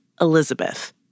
Elizabeth